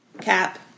Cap